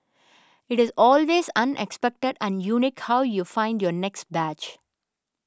it is always unexpected and unique how you find your next badge